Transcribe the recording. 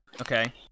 Okay